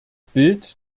bild